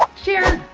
share,